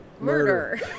murder